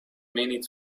many